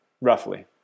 roughly